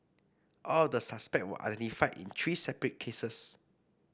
all of the suspect were identified in three separate cases